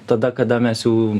tada kada mes jau